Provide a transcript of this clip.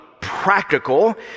practical